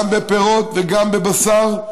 גם בפירות וגם בבשר,